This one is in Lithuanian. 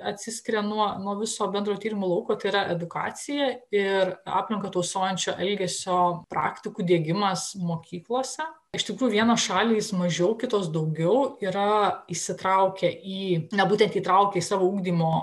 atsiskiria nuo nuo viso bendro tyrimo lauko tai yra edukacija ir aplinką tausojančio elgesio praktikų diegimas mokyklose iš tikrųjų vienos šalys mažiau kitos daugiau yra įsitraukę na būtent įtraukia į savo ugdymo